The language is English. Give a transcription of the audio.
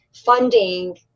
Funding